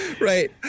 Right